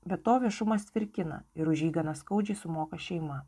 be to viešumas tvirkina ir už jį gana skaudžiai sumoka šeima